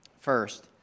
first